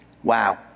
Wow